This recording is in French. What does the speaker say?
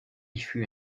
fut